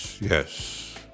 yes